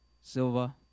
silver